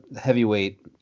heavyweight